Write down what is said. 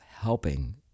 helping